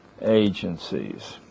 agencies